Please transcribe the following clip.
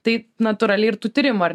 tai natūraliai ir tų tyrimų ar